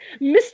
Mr